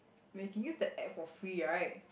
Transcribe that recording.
when you can use the app for free right